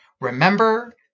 remember